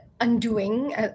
undoing